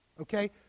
okay